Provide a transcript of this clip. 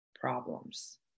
problems